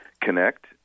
connect